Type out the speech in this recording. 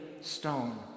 stone